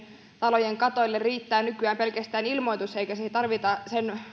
talojen katoille riittää nykyään pelkästään ilmoitus eikä siihen tarvita sen